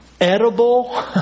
Edible